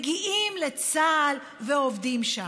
מגיעים לצה"ל ועובדים שם.